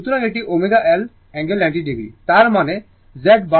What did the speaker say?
সুতরাং এটি ω L angle 90o তার মানে Z বারটি ω L অ্যাঙ্গেল 90o হবে